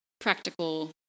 practical